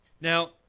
Now